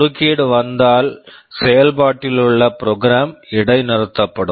குறுக்கீடு வந்தால் செயல்பாட்டிலுள்ள ப்ரோக்ராம் program இடைநிறுத்தப்படும்